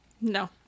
No